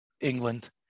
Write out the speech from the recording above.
England